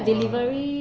!wah!